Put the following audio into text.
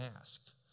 asked